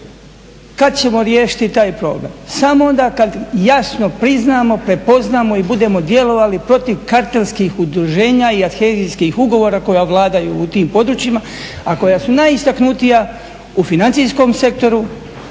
kad ćemo riješiti taj problem? Samo onda kad jasno priznamo, prepoznamo i budemo djelovali protiv … udruženja i … ugovora koja vladaju u tim područjima, a koja su najistaknutija u financijskom sektoru,